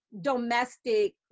domestic